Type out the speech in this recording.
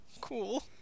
Cool